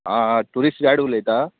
आ tourist guide उलयता